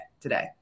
today